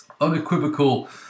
unequivocal